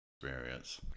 experience